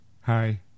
Hi